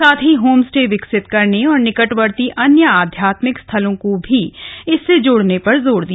साथ ही home stay विकसित करने और निकटवर्ती अन्य आध्यात्मिक स्थलों को भी इससे जोड़ने पर जोर दिया